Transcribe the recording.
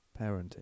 parenting